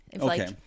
Okay